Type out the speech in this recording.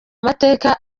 amateka